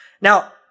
Now